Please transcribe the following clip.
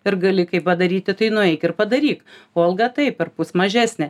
ir gali kaip padaryti tai nueik ir padaryk o alga taip perpus mažesnė